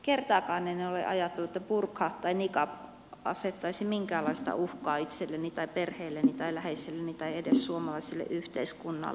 kertaakaan en ole ajatellut että burka tai niqab asettaisi minkäänlaista uhkaa itselleni tai perheelleni tai läheiselleni tai edes suomalaiselle yhteiskunnalle